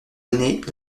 années